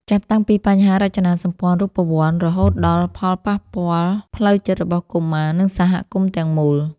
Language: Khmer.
ចាប់តាំងពីបញ្ហារចនាសម្ព័ន្ធរូបវន្ត រហូតដល់ផលប៉ះពាល់ផ្លូវចិត្តរបស់កុមារ និងសហគមន៍ទាំងមូល។